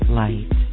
light